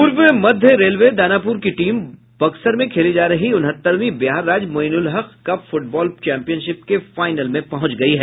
पूर्व मध्य रेलवे दानापुर की टीम बक्सर में खेली जा रही उनहत्तरवीं बिहार राज्य Mainul Haque cup football championship के फाइनल में पहुंच गयी है